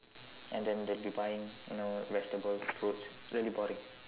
and then they'll be buying you know vegetables fruits really boring